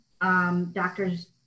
Doctors